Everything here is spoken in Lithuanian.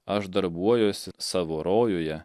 aš darbuojuosi savo rojuje